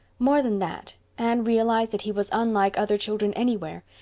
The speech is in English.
more than that, anne realized that he was unlike other children anywhere,